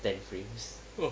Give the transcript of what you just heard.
ten frames